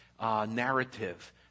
narrative